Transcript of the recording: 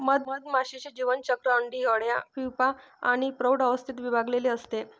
मधमाशीचे जीवनचक्र अंडी, अळ्या, प्यूपा आणि प्रौढ अवस्थेत विभागलेले असते